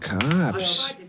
cops